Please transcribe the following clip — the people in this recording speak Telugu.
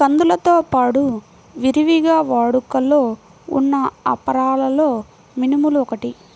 కందులతో పాడు విరివిగా వాడుకలో ఉన్న అపరాలలో మినుములు ఒకటి